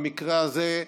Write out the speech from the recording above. במקרה הזה,